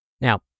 Now